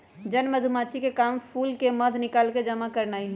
जन मधूमाछिके काम फूल से मध निकाल जमा करनाए हइ